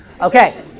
Okay